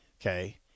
okay